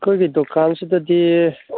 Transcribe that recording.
ꯑꯩꯈꯣꯏꯒꯤ ꯗꯨꯀꯥꯟꯁꯤꯗꯗꯤ